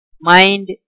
mind